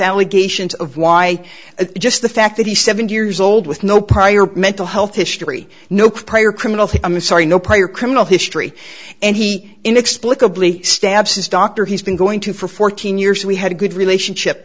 allegations of why just the fact that he's seven years old with no prior mental health history nope prior criminal thing i'm sorry no prior criminal history and he inexplicably stabs his doctor he's been going to for fourteen years we had a good relationship